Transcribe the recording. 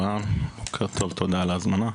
בוקר טוב, תודה על ההזמנה.